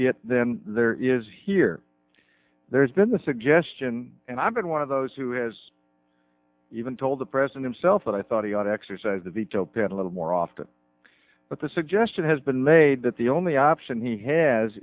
it then there is here there's been a suggestion and i've been one of those who has even told the president himself that i thought he ought to exercise the veto pen a little more often but the suggestion has been made that the only option he has